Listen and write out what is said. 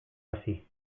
hasi